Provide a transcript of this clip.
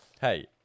Hey